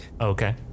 Okay